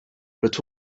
but